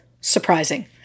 surprising